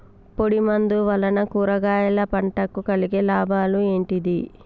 పొడిమందు వలన కూరగాయల పంటకు కలిగే లాభాలు ఏంటిది?